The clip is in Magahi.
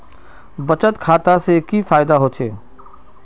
बचत खाता से की फायदा होचे?